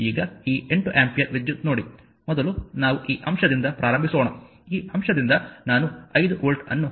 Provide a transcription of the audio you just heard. ಈಗ ಈ 8 ಆಂಪಿಯರ್ ವಿದ್ಯುತ್ ನೋಡಿ ಮೊದಲು ನಾವು ಈ ಅಂಶದಿಂದ ಪ್ರಾರಂಭಿಸೋಣ ಈ ಅಂಶದಿಂದ ನಾನು 5 ವೋಲ್ಟ್ ಅನ್ನು ಹೊಂದಿದ್ದೇನೆ